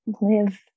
live